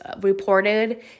reported